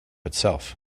itself